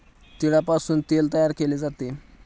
तिळापासून तेल तयार केले जाते